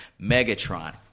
Megatron